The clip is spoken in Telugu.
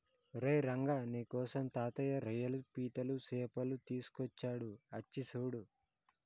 ఓరై రంగ నీకోసం తాతయ్య రోయ్యలు పీతలు సేపలు తీసుకొచ్చాడు అచ్చి సూడు